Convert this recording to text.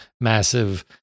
massive